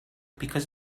because